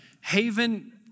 Haven